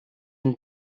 than